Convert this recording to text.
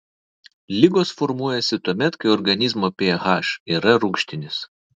ligos formuojasi tuomet kai organizmo ph yra rūgštinis